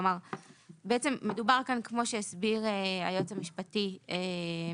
כלומר מדובר כאן, כמו שהסביר, היועץ המשפטי של